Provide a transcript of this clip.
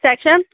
section